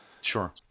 Sure